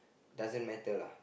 doesn't matter lah